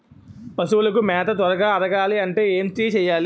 పశువులకు మేత త్వరగా అరగాలి అంటే ఏంటి చేయాలి?